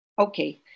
Okay